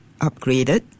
upgraded